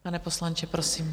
Pane poslanče, prosím.